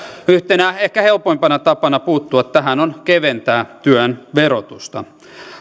yhtenä ehkä helpoimpana tapana puuttua tähän on keventää työn verotusta